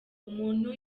umuntu